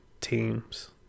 teams